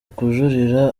kujurira